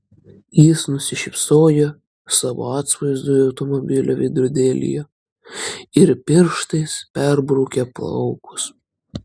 jis nusišypsojo savo atvaizdui automobilio veidrodėlyje ir pirštais perbraukė plaukus